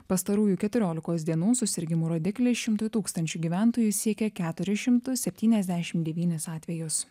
pastarųjų keturiolikos dienų susirgimų rodikliai šimtui tūkstančių gyventojų siekia keturis šimtus septyniasdešim devynis atvejus